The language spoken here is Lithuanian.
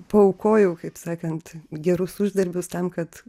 paaukojau kaip sakant gerus uždarbius tam kad